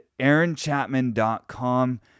AaronChapman.com